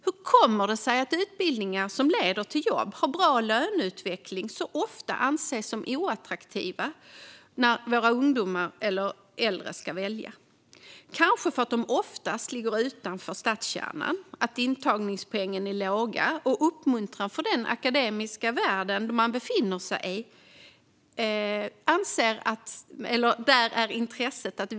Hur kommer det sig att utbildningar som leder till jobb och har bra löneutveckling så ofta anses oattraktiva när våra ungdomar eller äldre ska välja? Det är kanske för att de oftast ligger utanför stadskärnan, att intagningspoängen är låga och att uppmuntran och intresset för dessa utbildningar i den akademiska världen är svalt.